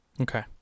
Okay